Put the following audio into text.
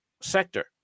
sector